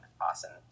awesome